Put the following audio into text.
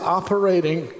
operating